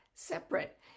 Separate